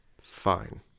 Fine